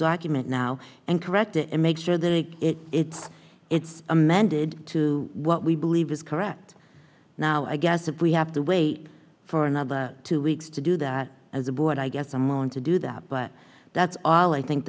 document now and correct it and make sure that it's it's amended to what we believe is correct now i guess if we have to wait for another two weeks to do that as a board i guess i'm willing to do that but that's all i think